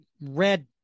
red